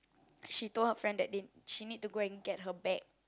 she told her friend that they she need to go and get her bag